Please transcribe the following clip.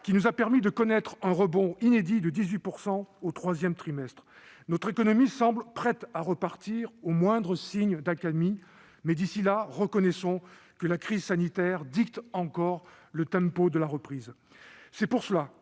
nous a permis de connaître un rebond inédit de 18 % au troisième trimestre. Notre économie semble prête à repartir au moindre signe d'accalmie, mais, pour l'heure, reconnaissons que la crise sanitaire dicte encore le tempo de la reprise.